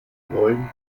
neun